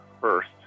First